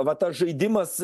va tas žaidimas